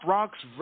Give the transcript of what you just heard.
Rocks